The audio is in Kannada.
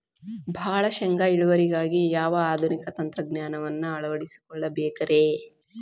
ಭಾಳ ಶೇಂಗಾ ಇಳುವರಿಗಾಗಿ ಯಾವ ಆಧುನಿಕ ತಂತ್ರಜ್ಞಾನವನ್ನ ಅಳವಡಿಸಿಕೊಳ್ಳಬೇಕರೇ?